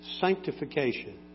sanctification